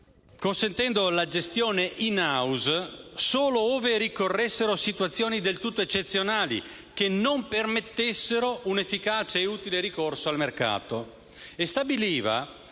consentendo la gestione *in house* solo ove ricorressero situazioni del tutto eccezionali, che non permettessero un efficace e utile ricorso al mercato;